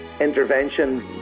intervention